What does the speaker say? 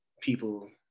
people